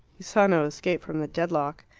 he saw no escape from the deadlock.